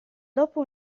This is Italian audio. dopo